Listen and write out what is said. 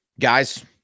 guys